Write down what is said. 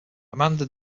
amanda